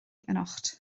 anocht